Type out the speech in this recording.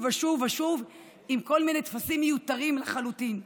ושוב ושוב עם כל מיני טפסים מיותרים לחלוטין.